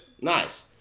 Nice